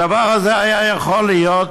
הדבר הזה היה יכול להיות,